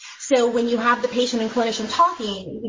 so, when you have the patient and clinician talking,